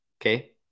okay